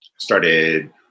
Started